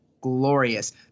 Glorious